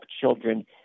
children